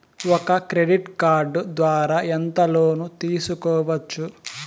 ఒక credit card ద్వారా ఎంత లోను తీసుకోవచ్చు?